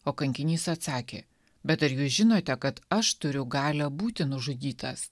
o kankinys atsakė bet ar jūs žinote kad aš turiu galią būti nužudytas